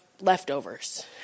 leftovers